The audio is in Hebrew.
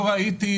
לא ראיתי,